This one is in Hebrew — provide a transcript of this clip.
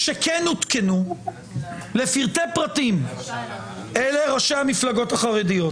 שכן עודכנו לפרטי פרטים הם ראשי המפלגות החרדיות.